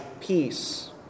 peace